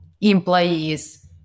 employees